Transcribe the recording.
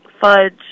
fudge